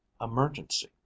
emergency